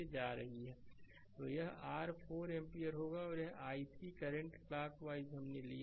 slide समय देखें 2317 तो यह r 4 एम्पीयर होगा और यह i3 करंट क्लॉकवाइज हमने लिया है